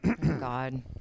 God